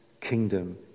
kingdom